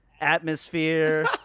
Atmosphere